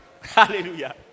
hallelujah